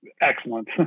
excellent